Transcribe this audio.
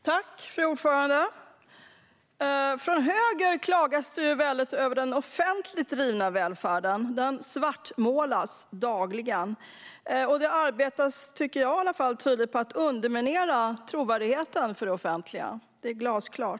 Fru talman! Från höger klagas det väldigt över den offentligt drivna välfärden. Den svartmålas dagligen, och det arbetas, tycker i alla fall jag, tydligt på att underminera trovärdigheten för det offentliga. Det är glasklart.